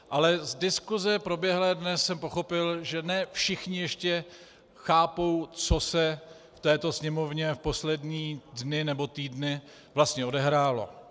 Ale z diskuse proběhlé dnes jsem pochopil, že ne všichni ještě chápou, co se v této Sněmovně v poslední dny nebo týdny vlastně odehrálo.